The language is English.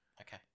Okay